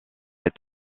est